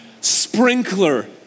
sprinkler